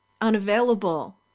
unavailable